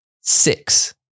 Six